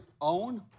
own